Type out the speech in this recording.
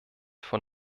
von